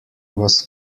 was